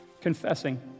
confessing